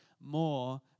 more